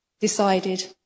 Decided